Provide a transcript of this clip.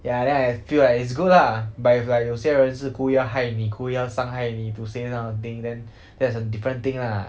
ya then I feel like it's good lah but if like 有些人是故意要害你故意要害伤你 to say this kind of thing then that is a different thing lah